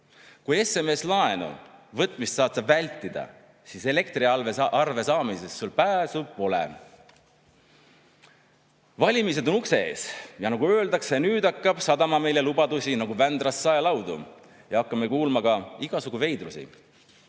Kui SMS-laenu võtmist saad sa vältida, siis elektriarve saamisest sul pääsu pole. Valimised on ukse ees ja nagu öeldakse, nüüd hakkab sadama meile lubadusi nagu Vändrast saelaudu. Hakkame kuulma ka igasugu veidrusi.